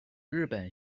日本